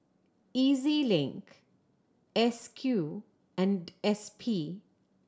E Z Link S Q and S P